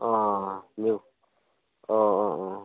अ नों अ अ अ